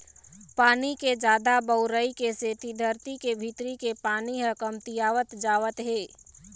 पानी के जादा बउरई के सेती धरती के भीतरी के पानी ह कमतियावत जावत हे